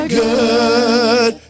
good